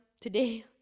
today